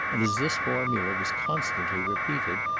and as this formula was constantly repeated,